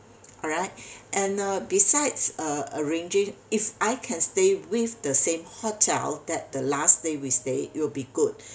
alright and uh besides uh arranging if I can stay with the same hotel that the last day we stay it'll be good